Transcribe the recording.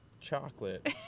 chocolate